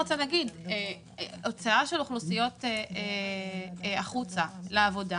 הוצאה של אוכלוסיות החוצה לעבודה